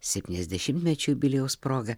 septyniasdešimtmečio jubiliejaus proga